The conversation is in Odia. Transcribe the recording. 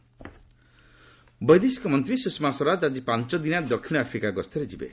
ସ୍ୱଷମା ଭିଜିଟ୍ ବୈଦେଶିକ ମନ୍ତ୍ରୀ ସୁଷମା ସ୍ୱରାଜ ଆଜି ପାଞ୍ଚଦିନିଆ ଦକ୍ଷିଣ ଆଫ୍ରିକା ଗସ୍ତରେ ଯିବେ